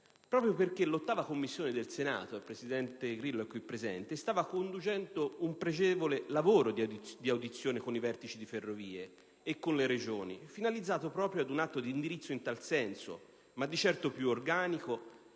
proprio perché l'8a Commissione del Senato - il presidente Grillo è qui presente - stava conducendo un pregevole lavoro di audizioni con i vertici di Ferrovie e con le Regioni, finalizzato proprio ad un atto di indirizzo in tal senso, ma di certo più organico